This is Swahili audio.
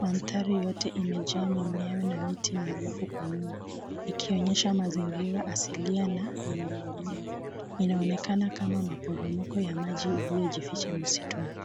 Mandhari yote imejaa mimea na miti mirefu kwa nyuma ikionyesha mazingira asilia na yenye wingi. Inaonekana kama maporomoko ya maji iliyojificha msituni.